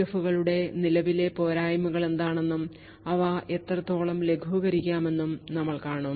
എഫുകളുടെ നിലവിലെ പോരായ്മകൾ എന്താണെന്നും അവ എത്രത്തോളം ലഘൂകരിക്കാമെന്നും നമ്മൾ കാണും